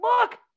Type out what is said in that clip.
look